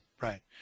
Right